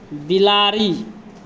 बिलाड़ि